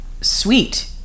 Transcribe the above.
sweet